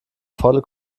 volle